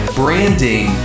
branding